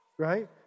right